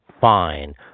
fine